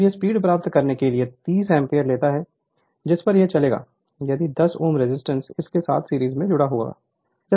अब यह स्पीड प्राप्त करने के लिए 30 एम्पीयर लेता है जिस पर यह चलेगा यदि 10 Ω रेजिस्टेंस इसके साथ सीरीज में जुड़ा हुआ है